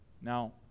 Now